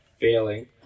failing